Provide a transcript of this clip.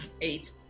Eight